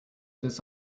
this